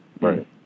Right